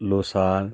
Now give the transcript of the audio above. Losar